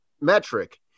metric